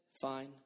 fine